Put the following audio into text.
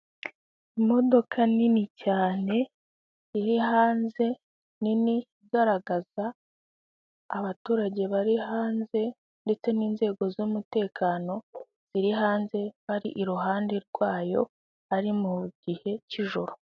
Imodoka nini cyane iri hanze nini igaragaza abaturage bari hanze ndetse n'inzego z'umutekano ziri hanze bari iruhande rwayo ari mu gihe cy'ijoro.